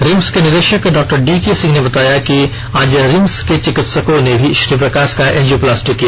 RIMS के निदेशक Dr D K Singh बताया कि आज रिम्स के चिकित्सको ने श्री प्रकाष का एंजियोप्लास्टी किया